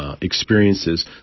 Experiences